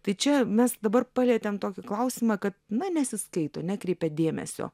tai čia mes dabar palietėm tokį klausimą kad na nesiskaito nekreipia dėmesio